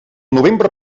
novembre